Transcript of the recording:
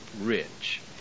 rich